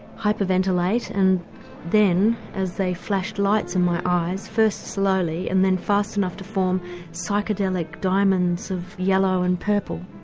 hyperventilate and then as they flashed lights in my eyes, first slowly and then fast enough to form psychedelic diamonds of yellow and purple.